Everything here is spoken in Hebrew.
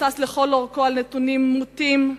מבוסס לכל אורכו על נתונים מוטים,